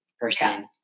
person